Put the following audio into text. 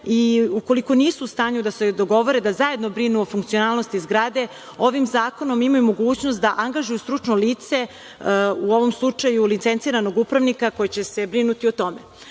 Ukoliko nisu u stanju da se dogovore da zajedno brinu o funkcionalnosti zgrade, ovim zakonom imaju mogućnost da angažuju stručno lice, u ovom slučaju licenciranog upravnika koji će se brinuti o tome. Mora